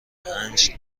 پنج